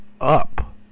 up